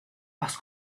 parce